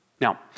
Now